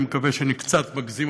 אני מקווה שאני קצת מגזים,